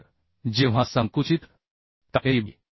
तर जेव्हा संकुचित ताण a c b